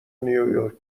نییورک